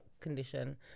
condition